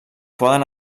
poden